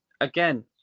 again